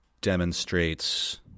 demonstrates